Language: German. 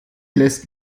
lässt